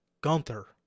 Gunther